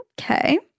okay